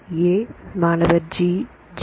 A மாணவர்G G